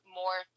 more